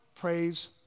Praise